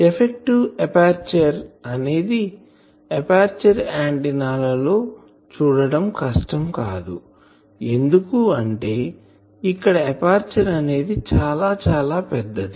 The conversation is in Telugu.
ఎఫెక్టివ్ ఎపర్చరు అనేది ఎపర్చరు ఆంటిన్నా ల లో చూడటం కష్టం కాదు ఎందుకు అంటే ఇక్కడ ఎపర్చరు అనేది చాలా చాలా పెద్దది